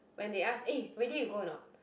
when they ask eh ready to go or not